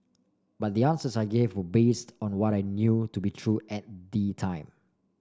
but the answers I gave were based on what I knew to be true at the time